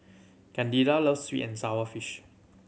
Candida loves sweet and sour fish